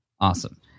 awesome